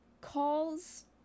calls